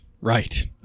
right